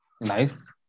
nice